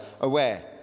aware